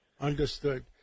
Understood